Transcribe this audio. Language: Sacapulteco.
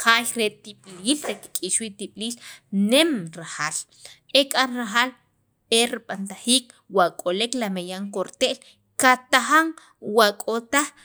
jaay re tib'iliil che kik'iyix wii' tib'iliil nem rajalal ek'an rajaal e rib'antajiik wa k'olek la meyan korte'l wa k'o taj.